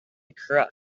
crook